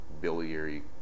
biliary